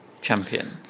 champion